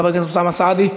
חבר הכנסת אוסאמה סעדי,